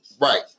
Right